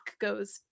goes